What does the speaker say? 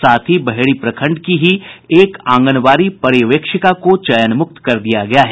साथ ही बहेड़ी प्रखंड की ही एक आंगनबाड़ी पर्यवेक्षिका को चयन मुक्त कर दिया गया है